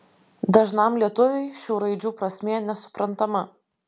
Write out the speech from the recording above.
dažnam lietuviui šių raidžių prasmė nesuprantama